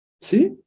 See